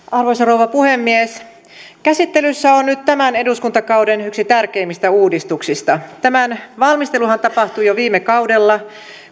arvoisa rouva puhemies käsittelyssä on nyt yksi tämän eduskuntakauden tärkeimmistä uudistuksista tämän valmisteluhan tapahtui jo viime kaudella